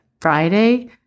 Friday